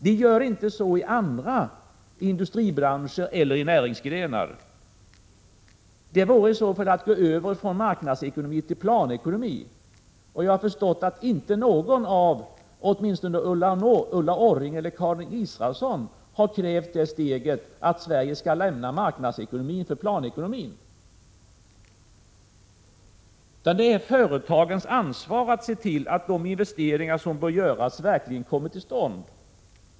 Vi gör inte så i andra industribranscher eller näringsgrenar. Det vore i så fall att gå över från marknadsekonomi till planekonomi, och jag har förstått att åtminstone inte Ulla Orring eller Karin Israelsson har krävt det steget att Sverige skall lämna marknadsekonomin för planekonomin. Det är alltså företagens ansvar att se till att de investeringar som bör göras verkligen kommer till stånd.